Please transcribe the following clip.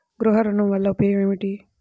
గృహ ఋణం వల్ల ఉపయోగం ఏమి?